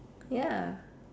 ya